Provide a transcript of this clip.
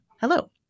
Hello